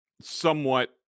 somewhat